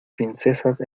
princesas